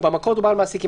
במקור דובר על מעסיק.